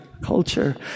Culture